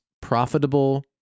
profitable